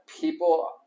people